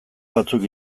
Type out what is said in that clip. batzuk